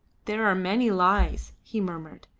there are many lies, he murmured.